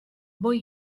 voy